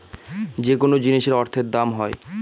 যেকোনো জিনিসের অর্থের দাম হয়